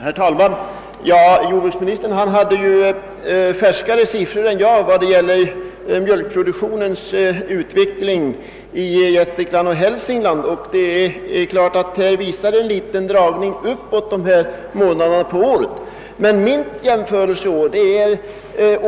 Herr talman! Jordbruksministern hade färskare siffror än jag vad det gäller mjölkproduktionens utveckling i Gästrikland och Hälsingland, och det är klart att siffrorna för dessa första månader på året visar en liten dragning uppåt. Men jag jämförde